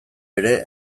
ere